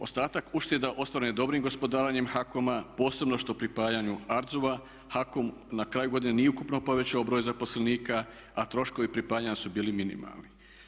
Ostatak ušteda ostvaren je dobrim gospodarenjem HAKOM-a posebno što pripajanju ARTZU-a, HAKOM na kraju godine nije ukupno povećao broj zaposlenika, a troškovi pripajanja su bili minimalni.